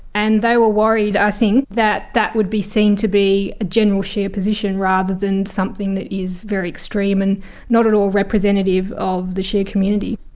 and they were worried, i think, that that would be seen to be a general shia position, rather than something that is very extreme and not at all representative of the shia community.